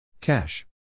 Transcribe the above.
Cash